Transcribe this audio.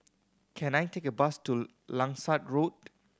can I take a bus to Langsat Road